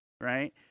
Right